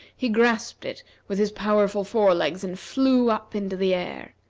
he grasped it with his powerful fore-legs and flew up into the air.